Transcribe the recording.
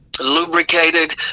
lubricated